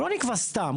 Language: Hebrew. הוא לא נקבע סתם.